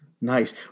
nice